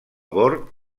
bord